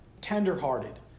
tender-hearted